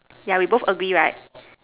yeah we both agree right